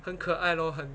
很可爱 lor 很